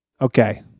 Okay